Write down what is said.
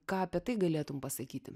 ką apie tai galėtum pasakyti